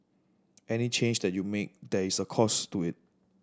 any change that you make there is a cost to it